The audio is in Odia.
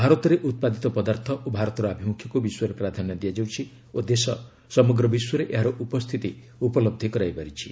ଭାରତରେ ଉତ୍ପାଦିତ ପଦାର୍ଥ ଓ ଭାରତର ଆଭିମୁଖ୍ୟକୁ ବିଶ୍ୱରେ ପ୍ରାଧାନ୍ୟ ଦିଆଯାଉଛି ଓ ଦେଶ ସମଗ୍ର ବିଶ୍ୱରେ ଏହାର ଉପସ୍ଥିତି ଉପଲହ୍ଧି କରାଇ ପାରିଛି